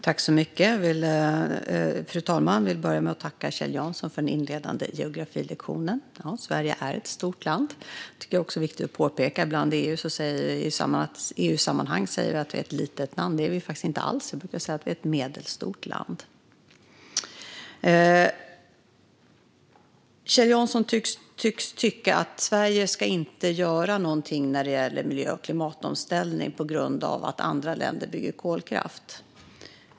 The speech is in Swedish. Fru talman! Jag vill börja med att tacka Kjell Jansson för den inledande geografilektionen. Ja, Sverige är ett stort land. Det tycker jag också är viktigt att påpeka. I EU-sammanhang säger man att Sverige är ett litet land. Det är det faktiskt inte alls. Jag brukar säga att det är ett medelstort land. Kjell Jansson tycks tycka att Sverige inte ska göra någonting när det gäller miljö och klimatomställning, på grund av att andra länder bygger kolkraftverk.